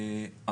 לגבי לוחמות,